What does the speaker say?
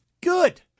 good